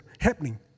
happening